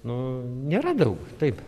nu nėra daug taip